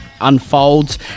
Unfolds